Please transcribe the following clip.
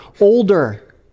older